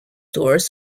tours